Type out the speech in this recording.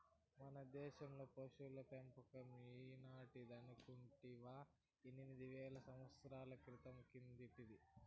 మన దేశంలో పశుల పెంపకం ఈనాటిదనుకుంటివా ఎనిమిది వేల సంవత్సరాల క్రితం కిందటిది